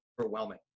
overwhelming